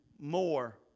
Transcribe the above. more